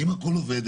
האם הכול עובד?